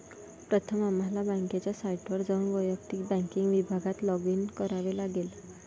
प्रथम आम्हाला बँकेच्या साइटवर जाऊन वैयक्तिक बँकिंग विभागात लॉगिन करावे लागेल